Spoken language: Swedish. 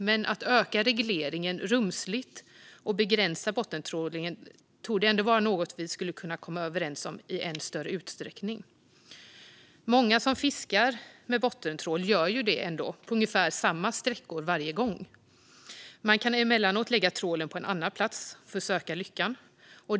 Men att öka regleringen rumsligt och begränsa bottentrålningen torde ändå vara något som vi skulle kunna komma överens om i än större utsträckning. Många som fiskar med bottentrål gör det på ungefär samma sträckor varje gång. Man kan emellanåt lägga trålen på en annan plats för att söka lyckan.